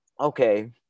okay